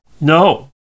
No